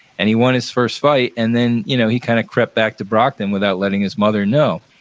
and he won his first fight. and then you know he kind of crept back to brockton without letting his mother know.